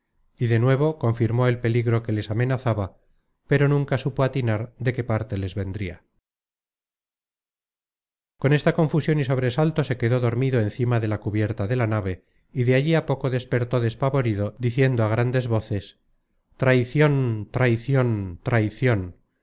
y de nuevo confirmó el peligro que les amenazaba pero nunca supo atinar de qué parte les vendria con esta confusion y sobresalto se quedó dormido encima de la cubierta de la nave y de allí á poco despertó despavorido diciendo á grandes voces traicion traicion traicion